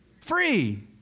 free